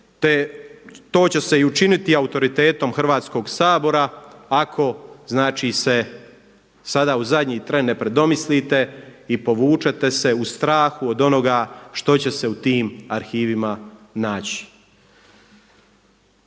to će se i učiniti autoritetom Hrvatskog sabora ako znači se sada u zadnji tren ne predomislite i povučete se u strahu od onoga što će se u tim arhivima naći.